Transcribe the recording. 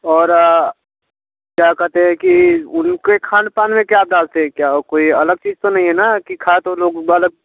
और क्या कहते है कि उनके खान पान में क्या डालते है क्या कोई अलग चीज़ तो नहीं है ना कि खाये तो लोग बाग